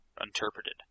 interpreted